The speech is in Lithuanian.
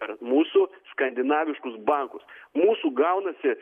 per mūsų skandinaviškus bankus mūsų gaunasi